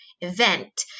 event